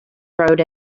rode